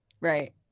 right